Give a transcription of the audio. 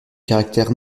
caractère